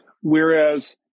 whereas